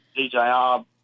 DJR